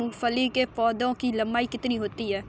मूंगफली के पौधे की लंबाई कितनी होती है?